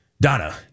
Donna